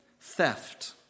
theft